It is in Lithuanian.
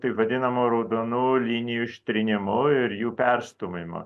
taip vadinamų raudonų linijų ištrynimu ir jų perstūmimu